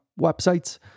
websites